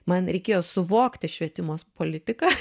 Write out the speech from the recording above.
man reikėjo suvokti švietimo politiką